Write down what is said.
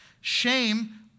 Shame